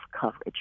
coverage